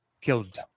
killed